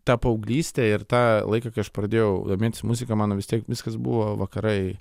tą paauglystę ir tą laiką kai aš pradėjau domėtis muzika mano vis tiek viskas buvo vakarai